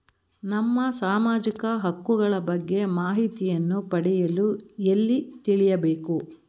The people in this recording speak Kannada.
ನಮ್ಮ ಸಾಮಾಜಿಕ ಹಕ್ಕುಗಳ ಬಗ್ಗೆ ಮಾಹಿತಿಯನ್ನು ಪಡೆಯಲು ಎಲ್ಲಿ ತಿಳಿಯಬೇಕು?